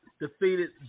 defeated